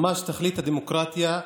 ממש תכלית הדמוקרטיה,